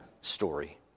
story